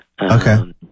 Okay